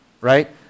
right